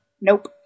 Nope